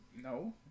No